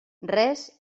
res